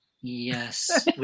Yes